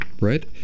right